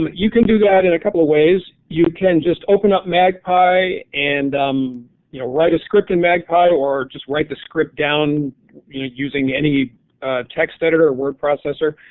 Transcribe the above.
you can do that in a couple of ways. you can just open up magpie and um you know write a script in magpie or just write script down using any text editor or word processor.